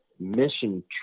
mission